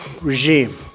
regime